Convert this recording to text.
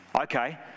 Okay